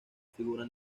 figura